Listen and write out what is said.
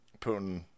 Putin